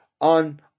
on